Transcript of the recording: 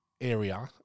area